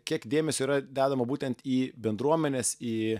kiek dėmesio yra dedama būtent į bendruomenes į